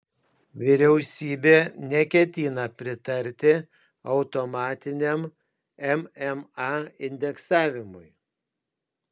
vyriausybė neketina pritarti automatiniam mma indeksavimui